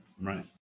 Right